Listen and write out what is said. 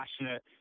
passionate